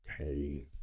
Okay